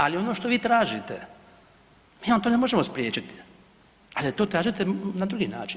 Ali ono što vi tražite mi vam to ne možemo spriječiti, ali to tražite na drugi način.